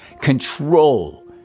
control